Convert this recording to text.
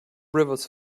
rivers